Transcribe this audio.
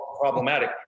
problematic